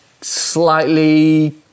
slightly